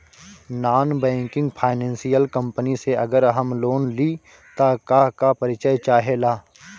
Non banking financial company से अगर हम लोन लि त का का परिचय चाहे ला?